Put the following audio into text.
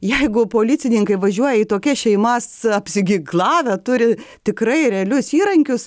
jeigu policininkai važiuoja į tokias šeimas apsiginklavę turi tikrai realius įrankius